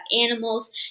animals